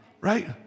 Right